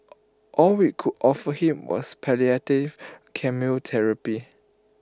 all we could offer him was palliative chemotherapy